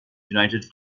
united